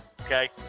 okay